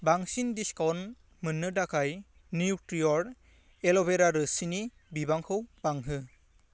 बांसिन डिसकाउन्ट मोन्नो थाखाय न्युत्रिअर्ग एल'वेरा रोसिनि बिबांखौ बांहो